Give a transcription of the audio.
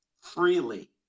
freely